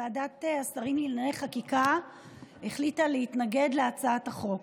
ועדת השרים לענייני חקיקה החליטה להתנגד להצעת החוק.